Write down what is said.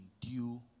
due